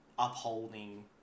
upholding